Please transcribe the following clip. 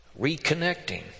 Reconnecting